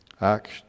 Acts